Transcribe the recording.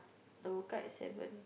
I woke up at seven